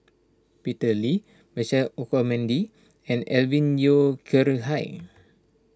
Peter Lee Michael Olcomendy and Alvin Yeo Khirn Hai